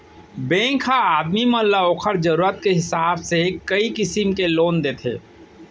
bank ह आदमी मन ल ओकर जरूरत के हिसाब से कई किसिम के लोन देथे